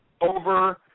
over